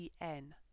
en